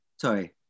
Sorry